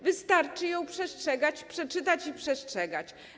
Wystarczy ją przestrzegać, przeczytać i przestrzegać.